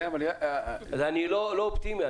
אני לא אופטימי.